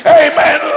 amen